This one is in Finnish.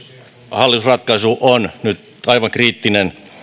hallitusratkaisu on nyt aivan kriittinen